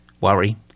Worry